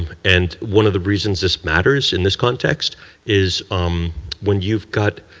and one of the reasons this matters in this context is when you've got,